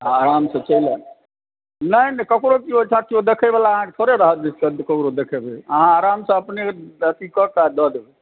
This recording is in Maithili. आ आराम से चलि आएब नहि नहि ककरो ओहिठाम कोई देबऽ वाला थोड़े राहत जे ककरो देखेबै अहाँ आरामसँ अपने अथी कय कऽ दऽ देब